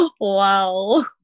Wow